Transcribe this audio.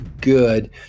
good